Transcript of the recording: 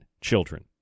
children